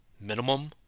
minimum